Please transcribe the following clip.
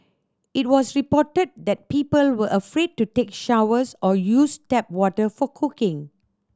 it was reported that people were afraid to take showers or use tap water for cooking